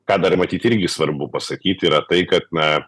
ką dar matyt irgi svarbu pasakyt yra tai kad na